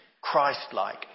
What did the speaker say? Christ-like